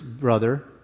brother